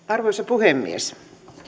arvoisa puhemies